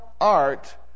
art